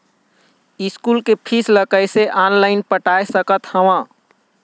School के fees ला कैसे ऑनलाइन पटाए सकत हव?